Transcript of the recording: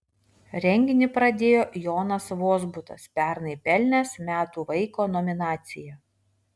renginį pradėjo jonas vozbutas pernai pelnęs metų vaiko nominaciją